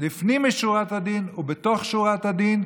לפנים משורת הדין ובתוך שורת הדין,